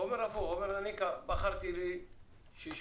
הוא אומר: בחרתי לי 60%,